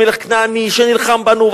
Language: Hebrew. מלך כנעני שנלחם בנו,